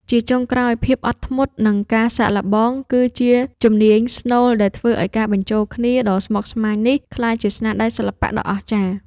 ជាចុងក្រោយ ភាពអត់ធ្មត់ និងការសាកល្បង គឺជាជំនាញស្នូលដែលធ្វើឱ្យការបញ្ចូលគ្នាដ៏ស្មុគស្មាញនេះ ក្លាយជាស្នាដៃសិល្បៈដ៏អស្ចារ្យ។